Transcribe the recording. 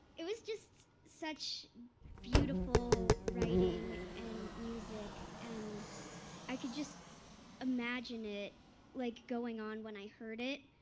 it was just such beautiful writing and music. and i could just imagine it like going on when i heard it.